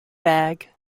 bag